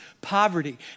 poverty